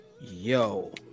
Yo